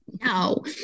no